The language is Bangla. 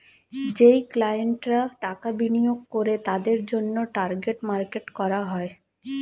যেই ক্লায়েন্টরা টাকা বিনিয়োগ করে তাদের জন্যে টার্গেট মার্কেট করা হয়